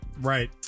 Right